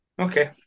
Okay